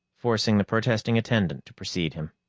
forcing the protesting attendant to precede him.